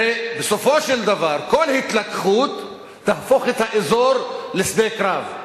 הרי בסופו של דבר כל התלקחות תהפוך את האזור לשדה קרב.